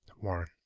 Warren